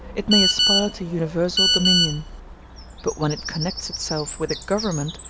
it may aspire to universal dominion but when it connects itself with a government,